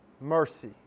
mercy